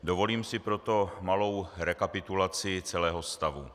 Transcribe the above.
Dovolím si proto malou rekapitulaci celého stavu.